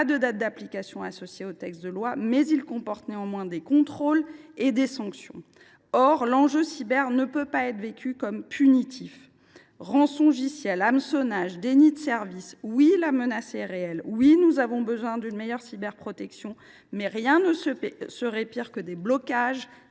pas de date d’application, mais il comporte des contrôles et des sanctions. Or l’enjeu cyber ne peut pas être vécu comme punitif. Rançongiciel, hameçonnage, déni de service : oui, la menace est réelle ; oui, nous avons besoin d’une meilleure cyberprotection, mais rien ne serait pire que des blocages